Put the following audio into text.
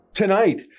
Tonight